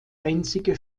einzige